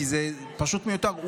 כי זה פשוט מיותר.